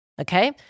Okay